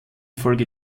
folge